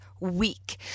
week